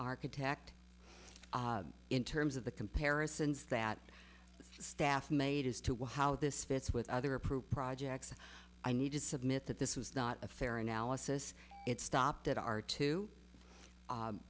architect in terms of the comparisons that the staff made as to how this fits with other approved projects i need to submit that this was not a fair analysis it stopped at our two